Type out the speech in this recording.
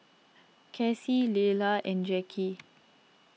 Kacy Leyla and Jackie